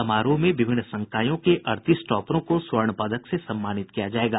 समारोह में विभिन्न संकायों के अड़तीस टॉपरों को स्वर्ण पदक से सम्मानित किया जायेगा